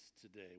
today